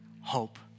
hope